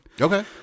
Okay